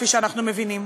כפי שאנחנו מבינים.